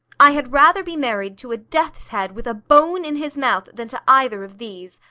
i had rather be married to a death's-head with a bone in his mouth than to either of these.